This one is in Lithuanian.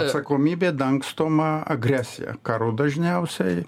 atsakomybė dangstoma agresija karu dažniausiai